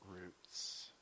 roots